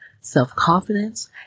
self-confidence